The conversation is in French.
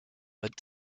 mottes